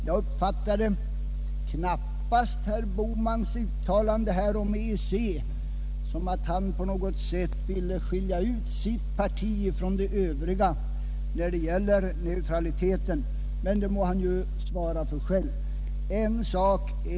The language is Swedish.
Jag uppfattade knappast herr Bohmans uttalande om EEC som att han på något sätt ville skilja ut sitt parti från de övriga när det gäller neutraliteten — men det må han ju svara för själv.